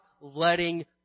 letting